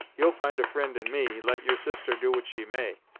you'll find a fri'nd in me, let your sister do what she may.